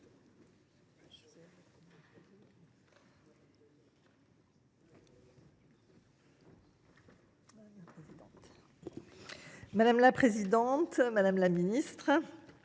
Madame la présidente, madame la ministre,